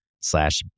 slash